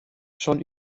schon